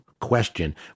question